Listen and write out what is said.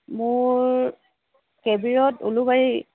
মোৰ K B road Ulubari